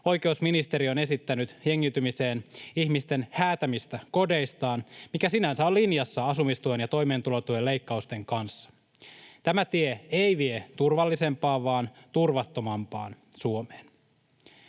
oikeusministeri on esittänyt jengiytymiseen ihmisten häätämistä kodeistaan, mikä sinänsä on linjassa asumistuen ja toimeentulotuen leikkausten kanssa. Tämä tie ei vie turvallisempaan vaan turvattomampaan Suomeen.